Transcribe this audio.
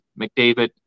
McDavid